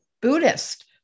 Buddhist